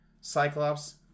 Cyclops